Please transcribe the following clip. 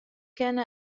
كان